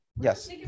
Yes